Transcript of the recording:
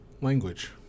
language